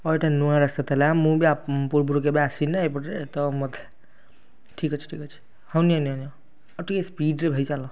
ହଁ ଏଇଟା ନୂଆ ରାସ୍ତା ତାହେଲେ ଆଉ ମୁଁ ବି ପୂର୍ବରୁ କେବେ ଆସିନି ନା ଏଇ ପଟରେ ତ ମୋତେ ଠିକ୍ ଅଛି ଠିକ୍ ଅଛି ହଉ ନିଅ ନିଅ ନିଅ ଆଉ ଟିକେ ସ୍ପିଡ଼୍ରେ ଭାଇ ଚାଲ